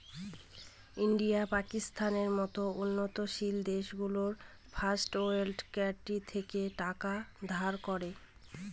India, পাকিস্তানের মত উন্নয়নশীল দেশগুলো ফার্স্ট ওয়ার্ল্ড কান্ট্রি থেকে টাকা ধার করে